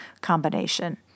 combination